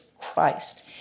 Christ